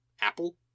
Apple